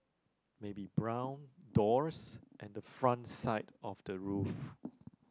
maybe brown doors and a front side of the roof